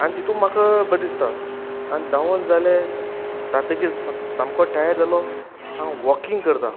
आनी तितूंत म्हाका बरें दिसता आनी धांवून जालें जातकीर सामको टायर जालो हांव वॉकिंग करता